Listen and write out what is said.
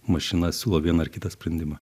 mašina siūlo vieną ar kitą sprendimą